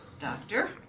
Doctor